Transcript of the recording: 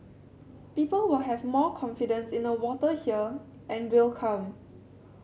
people will have more confidence in the water here and will come